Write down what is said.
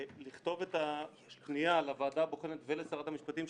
לכתוב את הפנייה לוועדה הבוחנת ולשרת המשפטים,